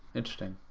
interesting.